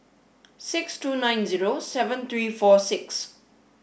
six two nine zero seven three four six